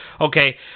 Okay